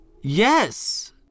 Yes